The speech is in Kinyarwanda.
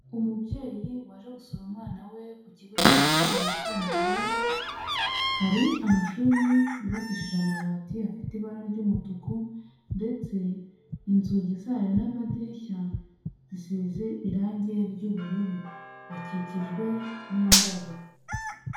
Umubyeyi waje gusura umwana we ku kigo cy'amashuri yisumbuye, hari amashuri yubakishije amabati afite ibara ry'umutuku, ndetse inzugi zayo n'amadirishya, zisize irangi ry'ubururu. bakikijwe n'indabo.